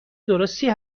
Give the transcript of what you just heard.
درستی